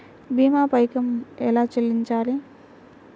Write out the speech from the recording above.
భీమా పైకం ఎలా చెల్లించాలి?